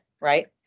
right